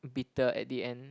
bitter at the end